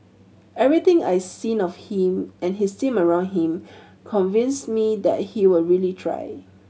everything I seen of him and his team around him convinces me that he will really try